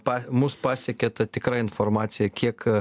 pa mus pasiekia ta tikra informaciją kiek